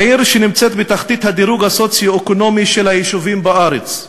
עיר שנמצאת בתחתית הדירוג הסוציו-אקונומי של היישובים בארץ,